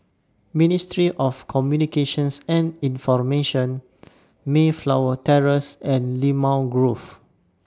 Ministry of Communications and Information Mayflower Terrace and Limau Grove